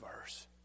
verse